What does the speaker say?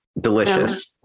delicious